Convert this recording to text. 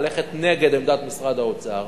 ללכת נגד עמדת משרד האוצר